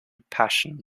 passion